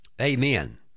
Amen